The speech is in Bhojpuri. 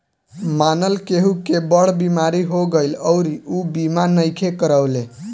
मानल केहु के बड़ बीमारी हो गईल अउरी ऊ बीमा नइखे करवले